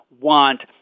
want